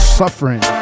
suffering